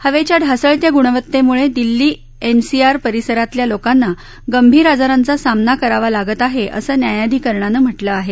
हवेच्या ढासळत्या गुणवतेमुळे दिल्ली एनसीआर परिसरातल्या लोकांना गंभीर आजारांचा सामना करावा लागत आहे असं न्यायाधिकरणाने म्हटलं आहे